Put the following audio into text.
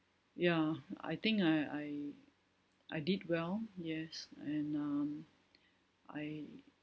ya I think I I I did well yes and um I